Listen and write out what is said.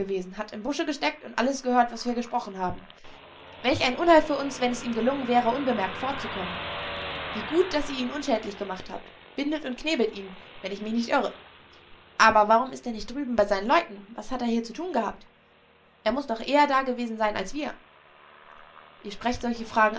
hat im busche gesteckt und alles gehört was wir gesprochen haben welch ein unheil für uns wenn es ihm gelungen wäre unbemerkt fortzukommen wie gut daß ihr ihn unschädlich gemacht habt bindet und knebelt ihn wenn ich mich nicht irre aber warum ist er nicht drüben bei seinen leuten was hat er hier zu tun gehabt er muß doch eher dagewesen sein als wir ihr sprecht solche fragen